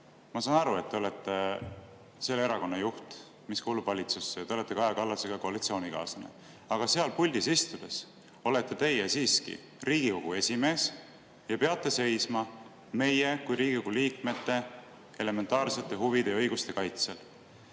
ma saan aru, et te olete selle erakonna juht, mis kuulub valitsusse, ja te olete Kaja Kallasega koalitsioonikaaslased. Aga seal puldis istudes olete teie siiski Riigikogu esimees ja peate seisma meie kui Riigikogu liikmete elementaarsete huvide ja õiguste kaitsel.